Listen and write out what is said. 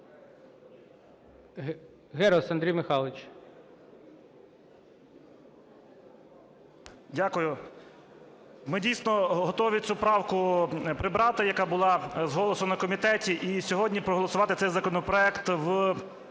ГЕРУС А.М. Дякую. Ми, дійсно, готові цю правку прибрати, яка була з голосу на комітеті, і сьогодні проголосувати цей законопроект в